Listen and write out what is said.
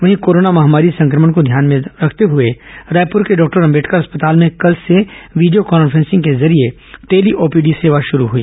वहीं कोरोना महामारी संक्रमण को ध्यान में रखते हुए रायपुर के डॉक्टर अंबेडकर अस्पताल में कल से वीडियो कॉन्फ्रेंसिंग के जरिए टेली ओपीडी सेवा शुरू हुई